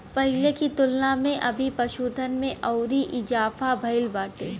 पहिले की तुलना में अभी पशुधन में अउरी इजाफा भईल बाटे